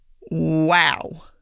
wow